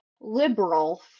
liberal